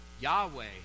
Yahweh